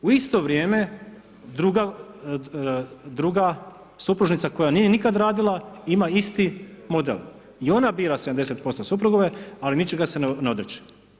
U isto vrijeme, druga supružnica koja nije nikad radila, ima isti model, i ona bira 70% suprugove, ali ničega se ne odriče.